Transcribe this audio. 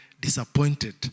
disappointed